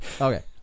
Okay